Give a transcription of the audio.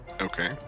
Okay